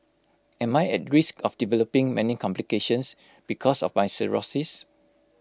am I at risk of developing many complications because of my cirrhosis